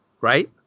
right